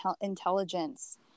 intelligence